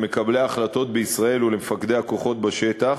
למקבלי ההחלטות בישראל ולמפקדי הכוחות בשטח,